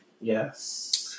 Yes